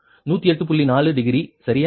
4 degree சரியா